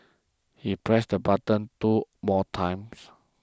he pressed the button two more times